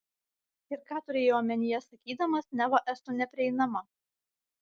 ir ką turėjai omenyje sakydamas neva esu neprieinama